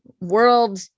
world